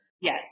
Yes